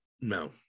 no